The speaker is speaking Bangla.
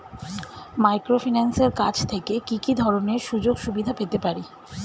মাইক্রোফিন্যান্সের কাছ থেকে কি কি ধরনের সুযোগসুবিধা পেতে পারি?